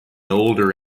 older